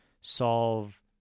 solve